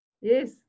yes